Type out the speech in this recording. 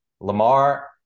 Lamar